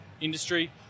industry